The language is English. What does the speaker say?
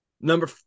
Number